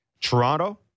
Toronto